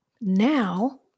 now